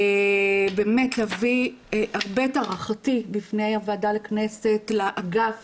באמת להביא את הערכתי הרבה בפני וועדת הכנסת לאגף